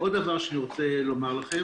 דבר נוסף,